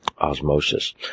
osmosis